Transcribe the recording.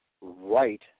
right